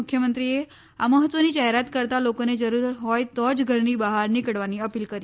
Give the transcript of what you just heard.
મુખ્યમંત્રીએ આ મહત્વની જાહેરત કરતાં લોકોને જરૂર હોય તો જ ઘરની બહાર નીકળવાની અપીલ કરી હતી